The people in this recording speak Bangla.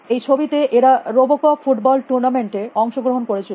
এই ছবিতে এরা রোবোকপ ফুটবল টুর্নামেন্ট এ অংশগ্রহন করেছিল